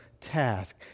task